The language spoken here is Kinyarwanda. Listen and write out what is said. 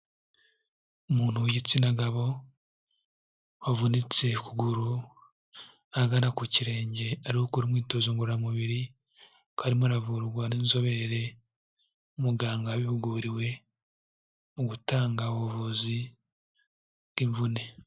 Umuntu w'igitsina gabo, wavunitse ukuguru, ahagana ku kirenge ari gukora umwitozo ngororamubiri, akaba arimo aravurwa n'inzobere, umuganga wabihuguriwe, mu gutanga ubuvuzi bw'imvune.